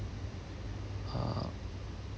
uh